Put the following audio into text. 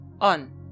on